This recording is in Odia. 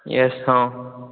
ୟେସ୍ ହଁ